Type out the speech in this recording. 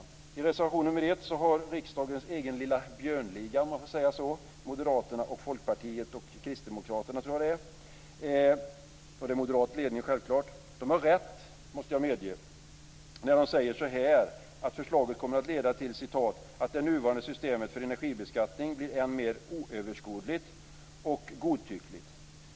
När det gäller reservation 1 måste jag medge att riksdagens egen lilla björnliga - Moderaterna, Folkpartiet och Kristdemokraterna, självklart under moderat ledning - har rätt när de säger att förslaget kommer att leda till "att det nuvarande systemet för energibeskattning blir än mer oöverskådligt och godtyckligt".